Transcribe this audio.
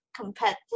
Competitive